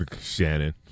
Shannon